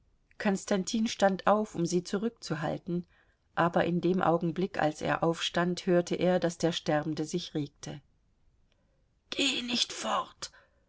konstantin stand auf um sie zurückzuhalten aber in dem augenblick als er aufstand hörte er daß der sterbende sich regte geh nicht fort